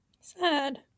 Sad